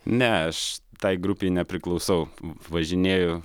ne aš tai grupei nepriklausau važinėju